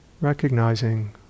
recognizing